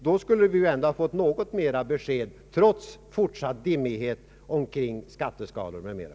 Då skulle vi ändå få något mera besked trots fortsatt dimmighet när det gäller skatteskalor m.m.